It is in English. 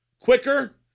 quicker